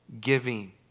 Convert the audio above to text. giving